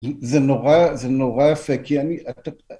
זה נורא, זה נורא יפה כי...